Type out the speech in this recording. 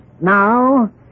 now